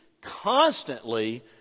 constantly